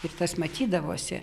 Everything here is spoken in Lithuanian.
ir tas matydavosi